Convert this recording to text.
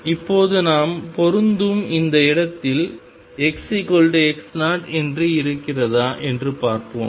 இப்போது நாம் பொருந்தும் இந்த இடத்தில் xx0 என்று இருக்கிறதா என்று பார்ப்போம்